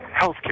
healthcare